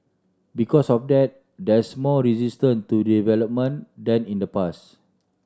because of that there's more resistant to development than in the pass